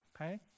Okay